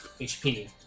HP